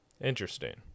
interesting